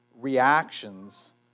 reactions